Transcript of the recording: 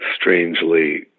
strangely